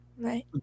Right